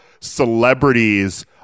celebrities